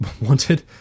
wanted